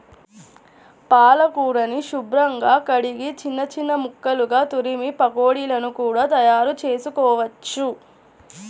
పాలకూరని శుభ్రంగా కడిగి చిన్న చిన్న ముక్కలుగా తురిమి పకోడీలను కూడా తయారుచేసుకోవచ్చు